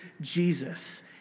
Jesus